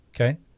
Okay